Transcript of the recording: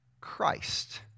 Christ